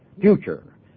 future